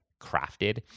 crafted